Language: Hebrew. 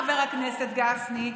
חבר הכנסת גפני,